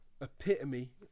epitome